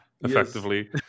effectively